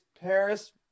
Paris